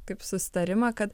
kaip susitarimą kad